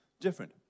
different